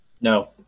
No